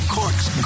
Cork's